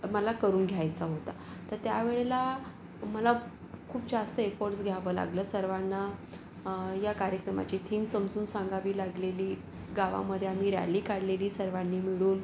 मला करून घ्यायचा होता तर त्यावेळेला मला खूप जास्त एफर्टस् घ्यावे लागले सर्वांना या कार्यक्रमाची थीम समजून सांगावी लागलेली गावामध्ये आम्ही रॅली काढलेली सर्वांनी मिळून